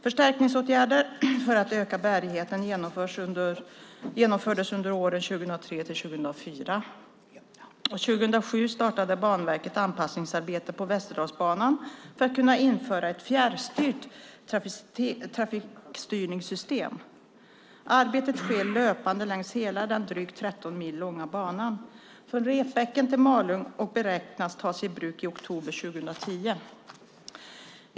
Förstärkningsåtgärder för att öka bärigheten genomfördes under åren 2003-2004, och 2007 startade Banverket anpassningsarbeten på Västerdalsbanan för att kunna införa ett fjärrstyrt trafikstyrningssystem. Arbeten sker löpande längs hela den drygt 13 mil långa banan från Repbäcken till Malung och beräknas tas i bruk i oktober 2010.